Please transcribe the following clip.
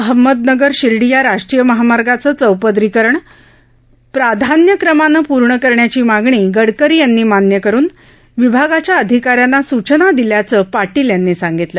अहमदनगर शिर्डी या राष्ट्रीय महामार्गाचं चौपदरीकरण प्रथम प्राधान्य क्रमानं पूर्ण करण्याची मागणी गडकरी यांनी मान्य करून विभागाच्या अधिकार्याना सूचना दिल्या असल्याचंही पाटील यांनी सांगितलं